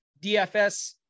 DFS